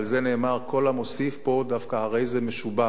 על זה נאמר: כל המוסיף פה דווקא הרי זה משובח.